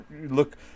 look